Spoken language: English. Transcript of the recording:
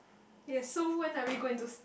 yes so when are we going to